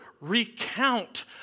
recount